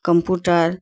computer